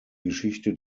geschichte